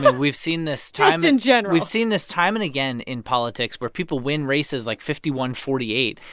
but we've seen this time. just in general we've seen this time and again in politics where people win races, like, fifty one forty eight.